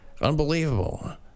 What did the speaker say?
Unbelievable